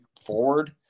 forward